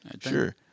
Sure